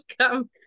come